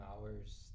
hours